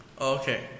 Okay